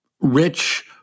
rich